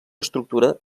estructura